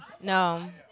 no